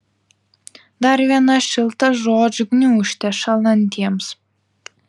dar viena šilta žodžių gniūžtė šąlantiems